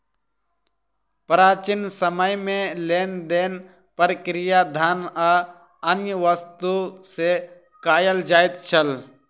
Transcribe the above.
प्राचीन समय में लेन देन प्रक्रिया धान आ अन्य वस्तु से कयल जाइत छल